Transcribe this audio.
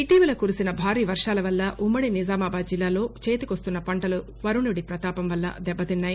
ఇటీవల కురిసిన భారీ వర్వాల వల్ల ఉమ్మడి నిజామాబాద్ జిల్లాలో చేతికాస్తున్న పంటలు వరుణుడి ప్రతాపం వల్ల దిబ్బతిన్నాయి